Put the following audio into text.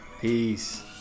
Peace